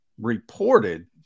reported